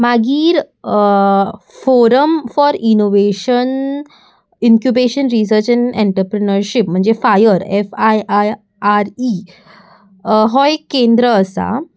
मागीर forum for innovation incubation research and entrepreneurship म्हणजे FIRE F I I R E हो एक केंद्र आसा